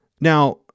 Now